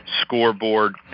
scoreboard